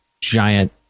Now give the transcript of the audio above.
giant